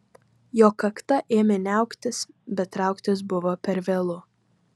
jo kakta ėmė niauktis bet trauktis buvo per vėlu